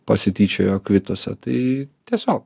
pasityčiojo kvituose tai tiesiog